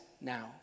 now